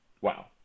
wow